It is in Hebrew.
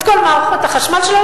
את כל מערכות החשמל שלה,